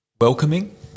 welcoming